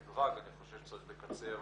מלבד שאני חושב שצריך לקצר